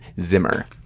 Zimmer